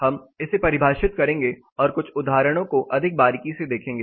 हम इसे परिभाषित करेंगे और कुछ उदाहरणों को अधिक बारीकी से देखेंगे